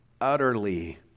utterly